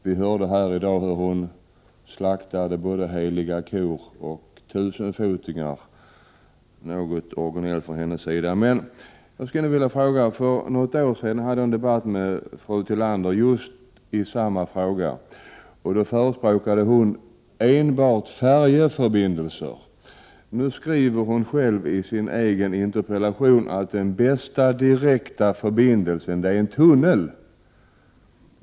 Vi har i dag hört henne slakta både heliga kor och tusenfotingar — vilket är något orginellt för Ulla Tillanders del. För något år sedan debatterade jag med Ulla Tillander i just den här frågan. Då förespråkade hon enbart färjeförbindelser. Men nu skriver hon i sin interpellation att den bästa direkta förbindelsen är en tunnel.